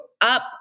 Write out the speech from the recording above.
up